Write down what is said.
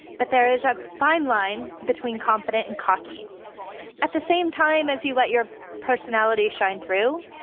but there is a fine line between confident and cocky at the same time as you let your personality shine through.